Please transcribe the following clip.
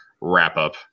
wrap-up